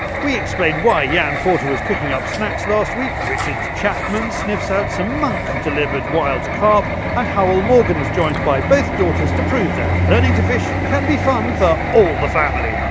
we explain why jan porter was cooking up snacks last week. richard chapman sniffs out some monk delivered wild crap andhewel morgan is joined by both daughters to prove that learning to fish can be fun for all the family.